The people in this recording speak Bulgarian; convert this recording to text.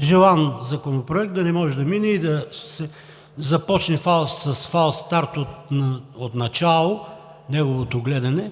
желан законопроект да не може да мине и да се започне с фалстарт началото на неговото гледане.